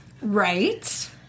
Right